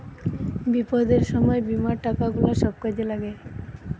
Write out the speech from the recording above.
বিপদের সময় বীমার টাকা গুলা সব কাজে লাগে